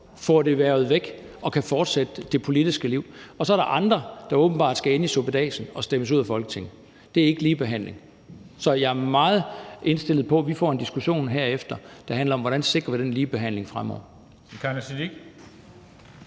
får det verfet væk og kan fortsætte det politiske liv. Og så er der andre, der åbenbart skal ende i suppedasen og stemmes ud af Folketinget. Det er ikke ligebehandling. Så jeg er meget indstillet på, at vi får en diskussion herefter, der handler om, hvordan vi sikrer den ligebehandling fremover.